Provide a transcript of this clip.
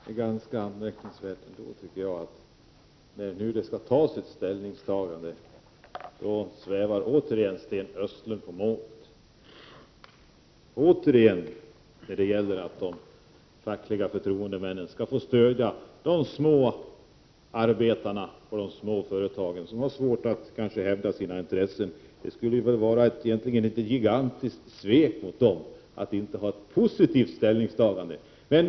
Herr talman! Det är ganska anmärkningsvärt, tycker jag, att när det nu skall göras ett ställningstagande svävar återigen Sten Östlund på målet. Det är egentligen ett gigantiskt svek att inte ta en positiv ställning när det gäller att de fackliga förtroendemännen skall få stödja de små arbetarna på de små företagen som kanske har svårt att hävda sina intressen.